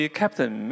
captain